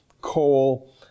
coal